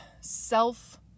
self